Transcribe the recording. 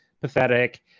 pathetic